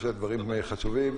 שהדברים חשובים.